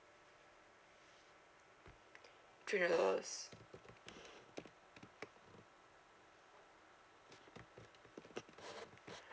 three hundred dollars